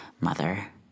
mother